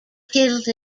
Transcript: killed